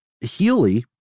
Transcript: Healy